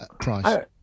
price